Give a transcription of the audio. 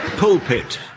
Pulpit